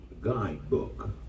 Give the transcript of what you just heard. guidebook